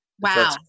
Wow